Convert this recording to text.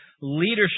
leadership